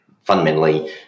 fundamentally